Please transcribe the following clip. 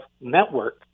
network